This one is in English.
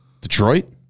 Detroit